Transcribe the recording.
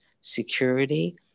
security